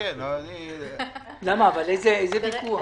איזה ויכוח?